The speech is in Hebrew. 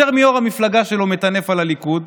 יותר מיו"ר המפלגה שלו הוא מטנף על הליכוד,